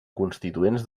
constituents